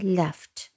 left